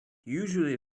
usually